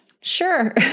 sure